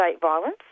violence